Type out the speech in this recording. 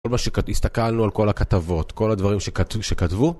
כל מה שהסתכלנו על כל הכתבות, כל הדברים שכתבו